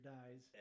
dies